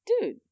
dude